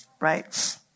Right